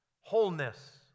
wholeness